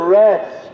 rest